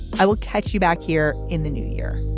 i will catch you back here in the new year